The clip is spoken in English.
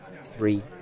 three